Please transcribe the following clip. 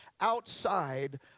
outside